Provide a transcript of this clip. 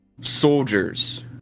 Soldiers